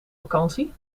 vakantie